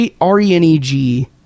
r-e-n-e-g